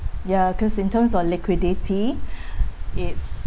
ya cause in terms of liquidity it's